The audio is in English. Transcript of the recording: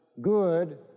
good